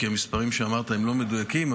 המספרים שאמרת הם לא מדויקים,